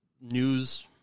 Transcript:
news